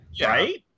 Right